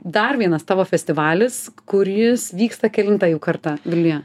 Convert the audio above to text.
dar vienas tavo festivalis kuris vyksta kelintą jau kartą vilniuje